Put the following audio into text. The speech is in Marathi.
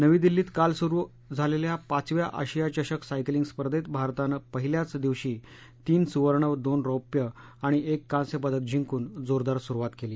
नवी दिल्लीत काल सुरु झालेल्या पाचव्या आशिया चषक सायकलींग स्पर्धेत भारतानं पहिल्याच दिवशी तीन सुवर्ण दोन रौप्य आणि एक कांस्य पदक जिंकून जोरदार सुरुवात केली